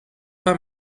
pas